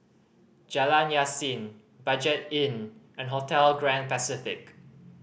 Jalan Yasin Budget Inn and Hotel Grand Pacific